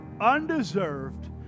undeserved